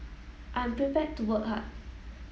I'm prepared to work hard